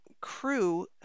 crew